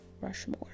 Rushmore